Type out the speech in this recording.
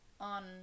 On